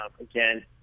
Again